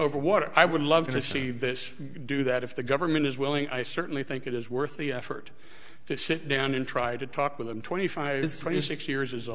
over water i would love to see this do that if the government is willing i certainly think it is worth the effort to sit down in try to talk with them twenty five twenty six years is a